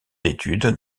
d’études